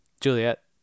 Juliet